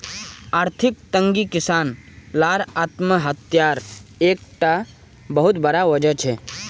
आर्थिक तंगी किसान लार आत्म्हात्यार एक टा बहुत बड़ा वजह छे